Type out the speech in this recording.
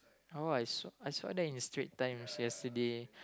how I saw I saw that in Straits Times yesterday